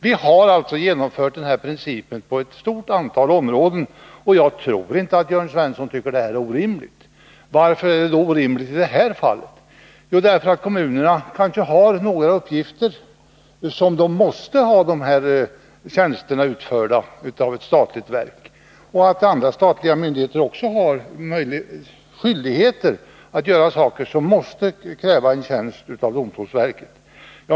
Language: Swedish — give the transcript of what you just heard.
Vi har genomfört denna princip på ett stort antal områden, och jag tror inte att Jörn Svensson tycker att det är orimligt. Varför är det då orimligt i det här fallet? Skälet tycks vara att kommunerna har en del uppgifter som kräver att dessa tjänster utförs av ett statligt verk och att andra statliga myndigheter har skyldighet att göra saker som måste kräva en tjänst av domstolsverket.